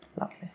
Lovely